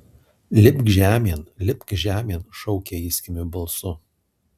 lipk žemėn lipk žemėn šaukė jis kimiu balsu